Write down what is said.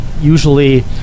Usually